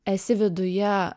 esi viduje